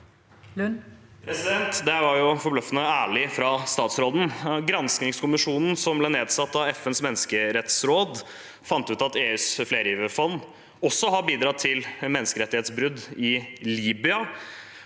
Det var for- bløffende ærlig fra utenriksministeren. Granskingskommisjonen som ble nedsatt av FNs menneskerettsråd, fant ut at EUs flergiverfond også har bidratt til menneskerettighetsbrudd i Libya.